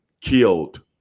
killed